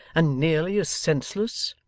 and nearly as senseless